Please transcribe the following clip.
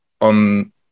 on